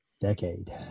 decade